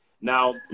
Now